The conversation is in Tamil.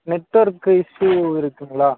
நெட்வொர்க் இஷ்யூ இருக்குதுங்களா